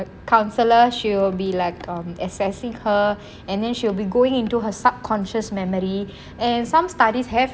counsellor she will be like um assessing her and then she will be going into her subconscious memory and some studies have